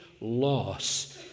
loss